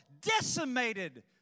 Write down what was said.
decimated